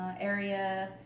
area